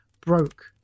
broke